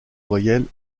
voyelles